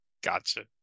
Gotcha